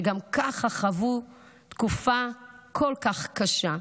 שגם ככה חוו תקופה כל כך קשה.